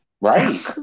right